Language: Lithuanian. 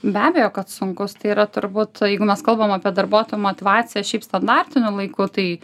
be abejo kad sunkus tai yra turbūt jeigu mes kalbam apie darbuotojų motyvaciją šiaip standartiniu laiku tai